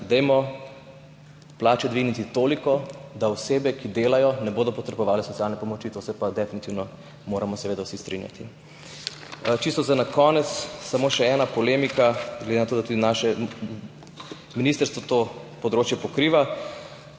dajmo plače dvigniti toliko, da osebe, ki delajo, ne bodo potrebovale socialne pomoči. O tem se pa definitivno moramo seveda vsi strinjati. Čisto za konec samo še ena polemika, glede na to, da tudi naše ministrstvo to področje pokriva,